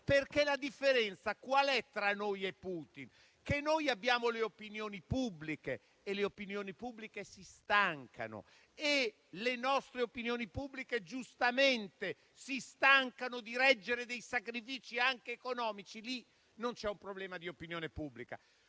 perché la differenza tra noi e Putin è che noi abbiamo le opinioni pubbliche e le opinioni pubbliche si stancano. Le nostre opinioni pubbliche giustamente si stancano di reggere sacrifici anche economici. Lì non c'è un problema di opinione pubblica,